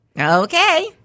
okay